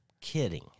kidding